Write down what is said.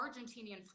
Argentinian